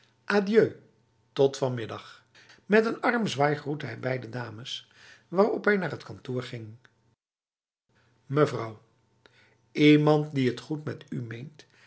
tot vanmiddag met een armzwaai groette hij beide dames waarop hij naar zijn kantoor ging mevrouw iemand die het goed met u meent